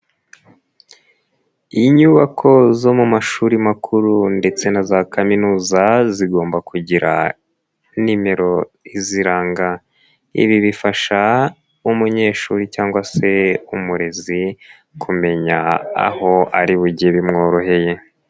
Inyubako zo mu mashuri makuru ndetse na za kaminuza zigomba kugira nimero iziranga, ibi bifasha umunyeshuri cyangwa se umurezi kumenya aho ari buge bimworoheye.